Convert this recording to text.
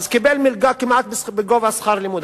קיבל מלגה כמעט בגובה שכר הלימוד.